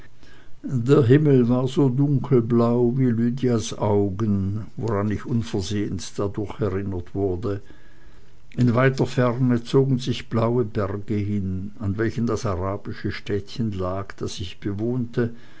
der himmel war so dunkelblau wie lydias augen woran ich unversehens dadurch erinnert wurde in weiter ferne zogen sich blaue berge hin an welchen das arabische städtchen lag das ich bewohnte